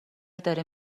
داره